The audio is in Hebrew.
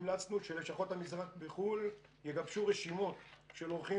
המלצנו שלשכות המשרד בחו"ל יגבשו רשימות של אורחים